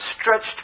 stretched